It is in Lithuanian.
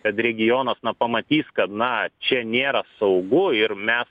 kad regionas na pamatys kad na čia nėra saugu ir mes